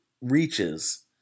reaches